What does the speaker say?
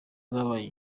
zabaye